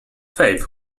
faith